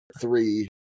three